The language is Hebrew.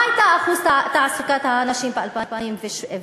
מה היה אחוז תעסוקת הנשים ב-2008?